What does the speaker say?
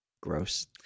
Gross